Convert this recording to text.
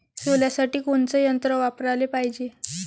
सोल्यासाठी कोनचं यंत्र वापराले पायजे?